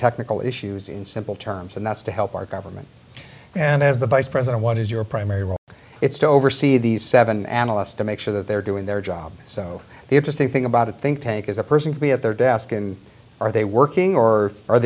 technical issues in simple terms and that's to help our government and as the vice president what is your primary role it's to oversee these seven analysts to make sure that they're doing their job so the interesting thing about a think tank is a person to be at their desk and are they working or are